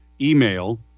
email